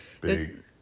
Big